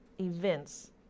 events